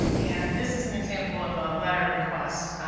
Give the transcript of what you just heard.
and this is an example of a letter request.